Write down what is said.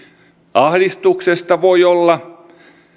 ahdistuksesta voi olla